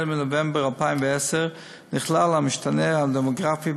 החל מנובמבר 2010 נכלל המשתנה הדמוגרפי